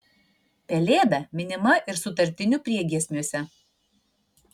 pelėda minima ir sutartinių priegiesmiuose